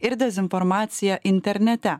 ir dezinformaciją internete